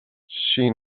she